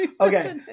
okay